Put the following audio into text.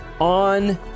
on